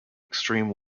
extreme